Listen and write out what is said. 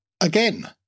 again